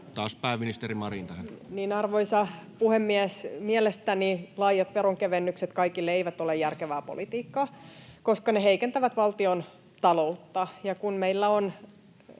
Arvoisa puhemies! Mielestäni laajat veronkevennykset kaikille eivät ole järkevää politiikkaa, koska ne heikentävät valtiontaloutta.